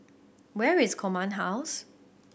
where is Command House